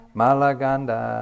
malaganda